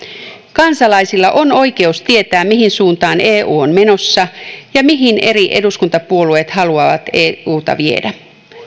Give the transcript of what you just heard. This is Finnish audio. kansalaisilla on oikeus tietää mihin suuntaan eu on menossa ja mihin eri eduskuntapuolueet haluavat euta viedä